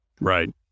Right